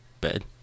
bed